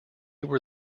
were